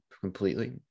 completely